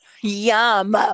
yum